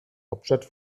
hauptstadt